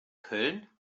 köln